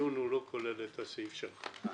הדיון לא כולל את הסעיף שלך.